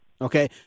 Okay